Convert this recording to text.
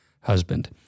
husband